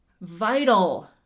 vital